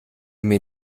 mir